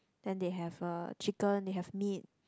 then they have uh chicken they have meat